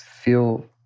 feel